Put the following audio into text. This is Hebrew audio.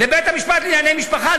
לבית-המשפט לענייני משפחה,